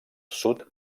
sud